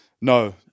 no